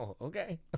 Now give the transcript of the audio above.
okay